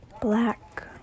black